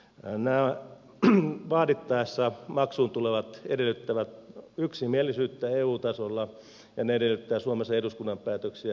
nämä vaadittaessa maksuun tulevat edellyttävät yksimielisyyttä eu tasolla ja ne edellyttävät suomessa eduskunnan päätöksiä